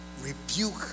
rebuke